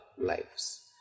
lives